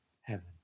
heaven